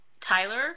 Tyler